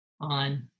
on